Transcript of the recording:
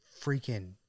freaking